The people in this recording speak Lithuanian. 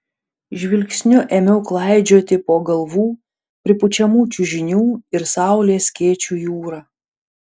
žvilgsniu ėmiau klaidžioti po galvų pripučiamų čiužinių ir saulės skėčių jūrą